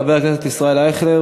חבר הכנסת ישראל אייכלר,